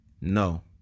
No